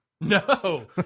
No